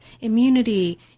immunity